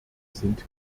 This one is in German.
sind